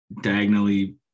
diagonally